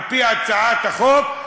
על-פי הצעת החוק,